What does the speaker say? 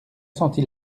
sentit